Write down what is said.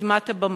ובקדמת הבמה.